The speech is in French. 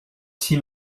six